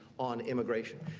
on immigration.